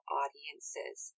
audiences